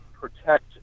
protect